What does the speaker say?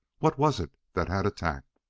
what was it that had attacked?